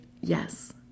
yes